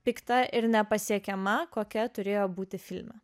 pikta ir nepasiekiama kokia turėjo būti filme